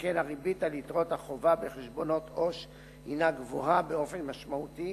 שכן הריבית על יתרות החובה בחשבונות עובר ושב הינה גבוהה באופן משמעותי